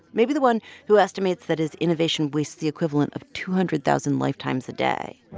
maybe the one who estimates that his innovation wastes the equivalent of two hundred thousand lifetimes a day